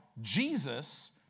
Jesus